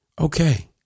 Okay